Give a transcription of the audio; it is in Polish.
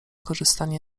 korzystanie